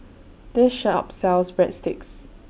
This Shop sells Breadsticks